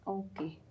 okay